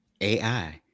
AI